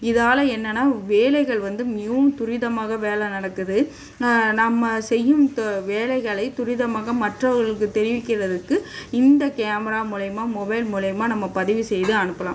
இதால என்னென்னா வேலைகள் வந்து மிகவும் துரிதமாக வேலை நடக்குது நம்ம செய்யும் தொ வேலைகளை துரிதமாக மற்றவர்களுக்கு தெரிவிக்கிறதுக்கு இந்த கேமரா மூலியமாக மொபைல் மூலியமாக நம்ம பதிவு செய்து அனுப்பலாம்